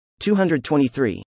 223